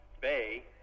bay